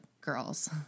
girls